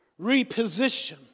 Reposition